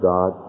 God